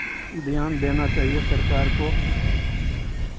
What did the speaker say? ध्यान देना चाहिए सरकार को